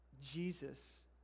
Jesus